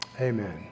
amen